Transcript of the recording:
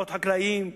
קרקעות חקלאיות,